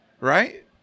right